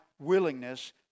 willingness